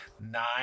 nine